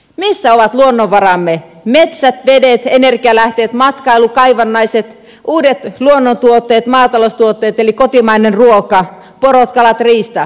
mistä ovat luonnonvaramme metsät vedet energianlähteet matkailu kaivannaiset uudet luonnontuotteet maataloustuotteet eli kotimainen ruoka porot kalat riista mistä nämä ovat